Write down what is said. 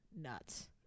nuts